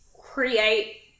create